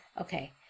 okay